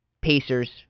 Pacers